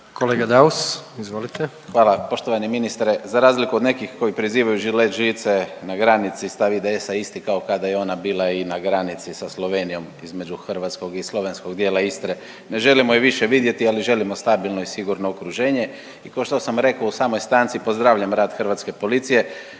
**Daus, Emil (IDS)** Hvala. Poštovani ministre, za razliku od nekih koji prizivaju žilet žice na granici, stav IDS-a je isti kao kada je ona bila i na granici sa Slovenijom, između hrvatskog i slovenskog dijela Istre. Ne želimo je više vidjeti, ali želimo stabilno i sigurno okruženje i košto sam rekao u samoj stanci, pozdravljam rad hrvatske policije,